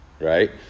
Right